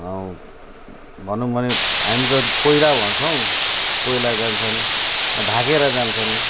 भनौँ भने हामी त पोइला भन्छौँ पोइला जान्छन् भागेर जान्छन्